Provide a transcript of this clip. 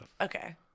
Okay